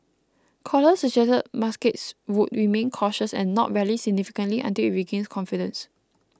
colas suggested markets would remain cautious and not rally significantly until it regains confidence